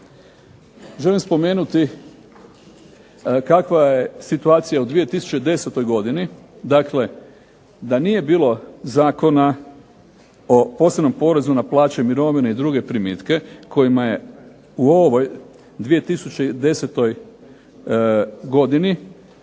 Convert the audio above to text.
želim spomenuti kakva je situacija u 2010. godini, dakle da nije bilo Zakona o posebnom porezu na plaće i mirovine i druge primitke, kojima je u ovoj 2010. godini